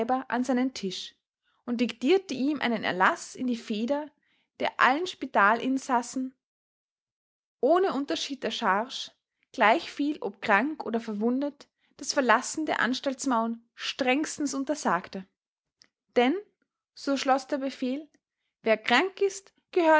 an seinen tisch und diktierte ihm einen erlaß in die feder der allen spitalinsassen ohne unterschied der charge gleichviel ob krank oder verwundet das verlassen der anstaltsmauern strengstens untersagte denn so schloß der befehl wer krank ist